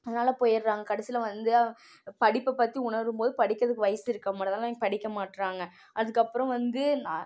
அதனால போயிடுறாங்க கடைசில வந்து படிப்பை பற்றி உணரும்போது படிக்கிறதுக்கு வயசு இருக்க மாட்டுது அதனால அவிங்க படிக்க மாட்றாங்க அதுக்கப்றம் வந்து